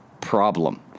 problem